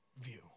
view